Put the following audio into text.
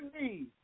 need